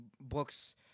books